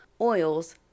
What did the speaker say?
oils